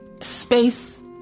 Space